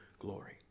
glory